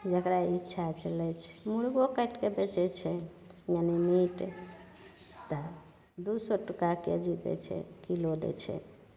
जकरा इच्छा छै लै छै मुरगो काटिके बेचै छै मने मीट तऽ दुइ सओ टकाके जी दै छै किलो दै छै